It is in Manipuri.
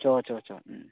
ꯆꯣ ꯆꯣ ꯆꯣ ꯎꯝ